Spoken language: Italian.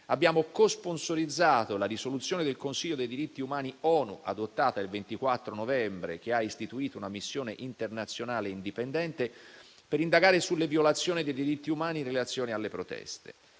Abbiamo co-sponsorizzato la risoluzione del Consiglio dei diritti umani dell'ONU adottata il 24 novembre, che ha istituito una missione internazionale indipendente per indagare sulle violazioni dei diritti umani in relazione alle proteste.